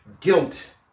guilt